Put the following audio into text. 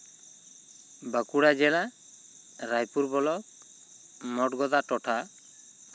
ᱵᱟᱸᱠᱩᱲᱟ ᱡᱮᱞᱟ ᱨᱟᱭᱯᱩᱨ ᱵᱞᱚᱠ ᱢᱳᱴᱜᱳᱫᱟ ᱴᱚᱴᱷᱟ